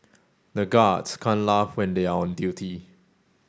the guards can't laugh when they are on duty